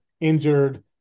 injured